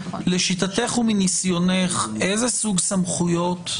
לשיטתך ומניסיונך הרב גם עם יחידות דומות,